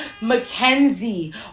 Mackenzie